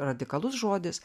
radikalus žodis